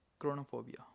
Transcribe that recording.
Chronophobia